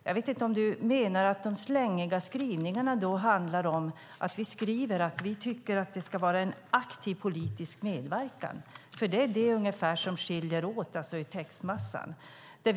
Jag vet inte om du menar att de slängiga skrivningarna är de där vi skriver att vi tycker att det ska vara en aktiv politisk medverkan. Det är ungefär det som skiljer texterna åt.